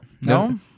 No